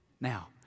Now